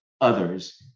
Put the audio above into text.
others